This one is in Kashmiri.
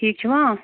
ٹھیٖک چھِوٕ